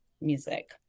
music